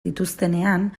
dituztenean